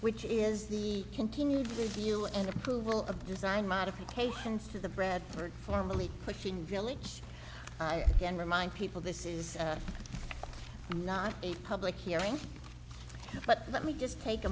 which is the continued review and approval of design modifications to the bread or formally put in village i can remind people this is not a public hearing but let me just take a